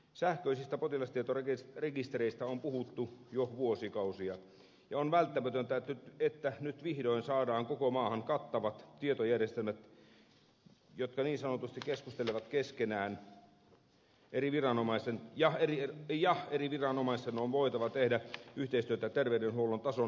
sähköisistä potilastietorekistereistä on puhuttu jo vuosikausia ja on välttämätöntä että nyt vihdoin saadaan koko maahan kattavat tietojärjestelmät jotka niin sanotusti keskustelevat keskenään ja eri viranomaisten on voitava yhteistyötä terveydenhuollon tason nostamiseksi